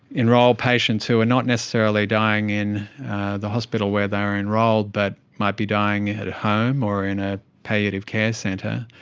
enrol patients who were not necessarily dying in the hospital where they were enrolled but might be dying at home or in a palliative care centre,